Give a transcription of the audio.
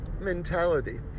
mentality